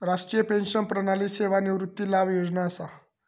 राष्ट्रीय पेंशन प्रणाली सेवानिवृत्ती लाभ योजना असा